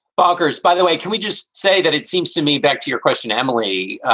bonkers, by the way. can we just say that it seems to me. back to your question, emily.